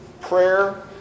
prayer